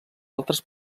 altres